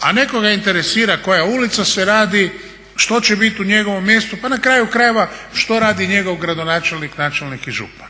A nekoga interesira koja ulica se radi, što će biti u njegovom mjestu pa na kraju krajeva što radi njegov gradonačelnik, načelnik i župan.